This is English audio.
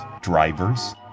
drivers